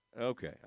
Okay